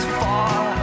far